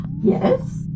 Yes